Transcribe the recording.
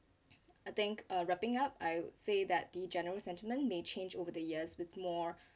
I think uh wrapping up I would say that the general sentiment may change over the years with more